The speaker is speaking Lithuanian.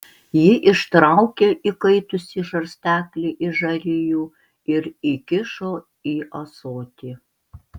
ji ištraukė įkaitusį žarsteklį iš žarijų ir įkišo į ąsotį